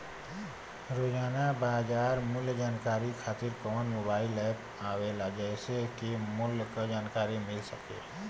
रोजाना बाजार मूल्य जानकारी खातीर कवन मोबाइल ऐप आवेला जेसे के मूल्य क जानकारी मिल सके?